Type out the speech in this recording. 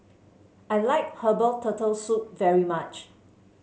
I like Herbal Turtle Soup very much